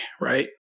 right